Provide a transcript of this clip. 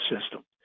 system